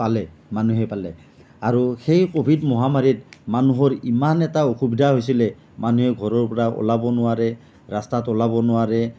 পালে মানুহে পালে আৰু সেই ক'ভিড মহামাৰীত মানুহৰ ইমান এটা অসুবিধা হৈছিলে মানুহে ঘৰৰ পৰা ওলাব নোৱাৰে ৰাস্তাত ওলাব নোৱাৰে